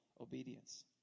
obedience